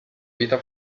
vita